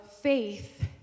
faith